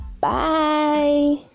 Bye